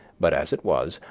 but as it was,